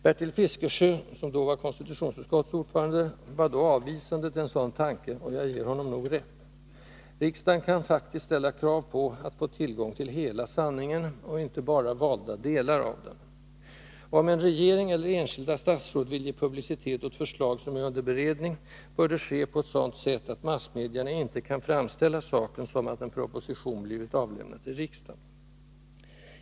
Bertil Fiskesjö, som 1979 var konstitutionsutskottets ordförande, var då avvisande till en sådan tanke, och jag ger nog honom rätt. Riksdagen kan faktiskt ställa krav på att få tillgång till hela sanningen, inte bara valda delar av den. Om en regering, eller enskilda statsråd, vill ge publicitet åt förslag som är under beredning, bör det ske på ett sådant sätt att massmedierna inte kan framställa saken som att en proposition blivit avlämnad till riksdagen.